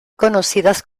conocidas